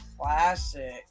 classic